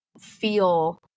feel